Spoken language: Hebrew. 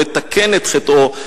הוא מתקן את חטאו,